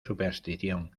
superstición